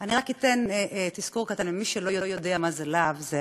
אני רק אתן תזכורת קטנה למי שלא יודע מה זה לה"ב: זה